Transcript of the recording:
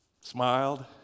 smiled